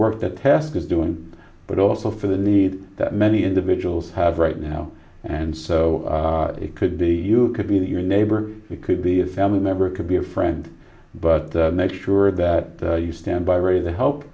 work that test is doing but also for the need that many individuals have right now and so it could be you could be to your neighbor it could be a family member it could be a friend but make sure that you stand by ready to help